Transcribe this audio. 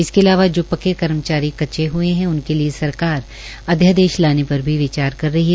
इसके अलावा जो पक्के कर्मचारी कच्चे हए है उनके लिए सरकार अध्यादेश लाने पर भी विचार कर रही है